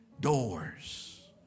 doors